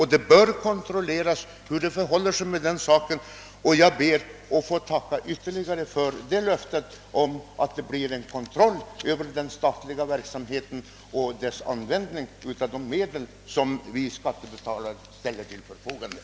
Jag ber också att få tacka för löftet att det statliga organets verksamhet skall kontrolleras liksom dess användning av skattebetalarnas medel.